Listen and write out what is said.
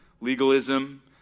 Legalism